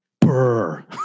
Brr